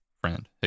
friend